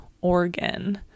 organ